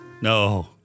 No